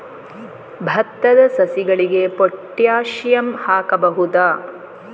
ಭತ್ತದ ಸಸಿಗಳಿಗೆ ಪೊಟ್ಯಾಸಿಯಂ ಹಾಕಬಹುದಾ?